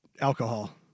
alcohol